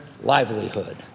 livelihood